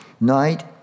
night